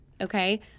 Okay